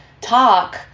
talk